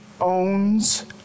owns